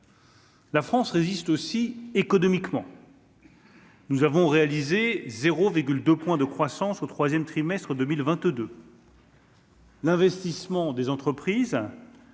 La France résiste aussi économiquement. Et. Nous avons réalisé 0 2 point de croissance au 3ème trimestre 2022. L'investissement des entreprises